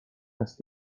است